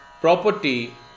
property